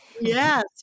Yes